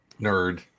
nerd